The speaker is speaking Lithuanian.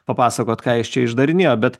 papasakot ką jis čia išdarinėjo bet